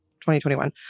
2021